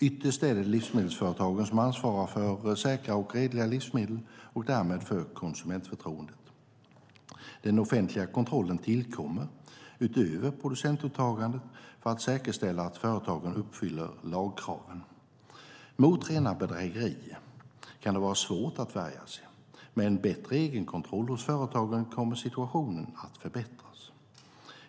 Ytterst är det livsmedelsföretagen som ansvarar för säkra och redliga livsmedel - och därmed för konsumentförtroendet. Den offentliga kontrollen tillkommer - utöver producentåtagandet - för att säkerställa att företagen uppfyller lagkraven. Mot rena bedrägerier kan det vara svårt att värja sig, men med en bättre egenkontroll hos företagen kommer situationen att förbättras.